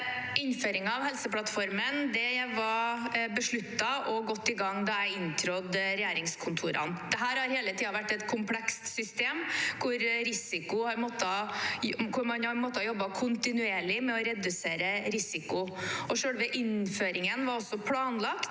Innføringen av Helseplattformen var besluttet og godt i gang da jeg trådte inn i regjeringskontorene. Dette har hele tiden vært et komplekst system hvor man har måttet jobbe kontinuerlig med å redusere risiko. Selve innføringen var også planlagt